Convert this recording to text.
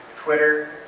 Twitter